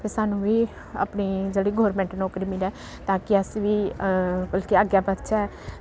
ते सानूं बी अपनी जेह्ड़ी गौरमैंट नौकरी मिलै ताकि अस बी मतलब कि अग्गें बधचै